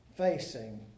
Facing